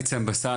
ניצן בסן,